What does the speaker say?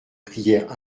prière